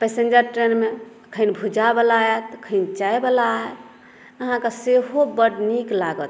passenger ट्रैनमे खनि भुज्जा वला आओत खनि चाय वला आओत अहाँके सेहो बड नीक लागत